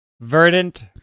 Verdant